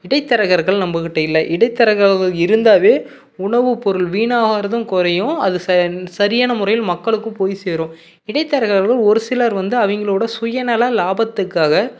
இடைத்தரகர்கள் நம்மக்கிட்ட இல்லை இடைத்தரகர்கள் இருந்தாலே உணவுப் பொருள் வீணாகுறதும் குறையும் அது ச சரியான முறையில் மக்களுக்கும் போய் சேரும் இடைத்தரகர்கள் ஒரு சிலர் வந்து அவங்களோட சுயநல லாபத்துக்காக